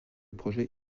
projet